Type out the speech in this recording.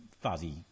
fuzzy